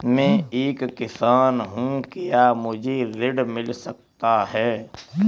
मैं एक किसान हूँ क्या मुझे ऋण मिल सकता है?